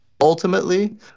ultimately